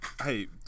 Hey